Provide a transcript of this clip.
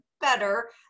better